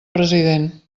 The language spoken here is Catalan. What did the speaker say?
president